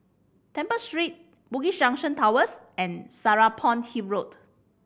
Temple Street Bugis Junction Towers and Serapong Hill Road